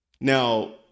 Now